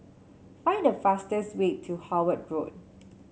find the fastest way to Howard Road